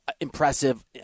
impressive